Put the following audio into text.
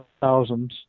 thousands